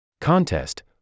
Contest